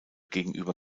gegenüber